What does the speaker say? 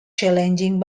challenging